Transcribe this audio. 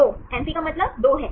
2 एम्फी का मतलब 2 है